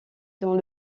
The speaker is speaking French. dans